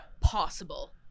possible